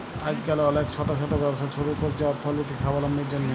আইজকাল অলেক ছট ছট ব্যবসা ছুরু ক্যরছে অথ্থলৈতিক সাবলম্বীর জ্যনহে